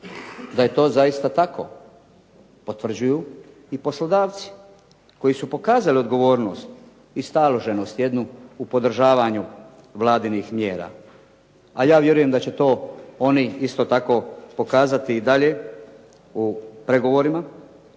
Da je to zaista tako potvrđuju i poslodavci koji su pokazali odgovornost i staloženost jednu u podržavanju vladinih mjera, a ja vjerujem da će to oni isto tako pokazati i dalje u pregovorima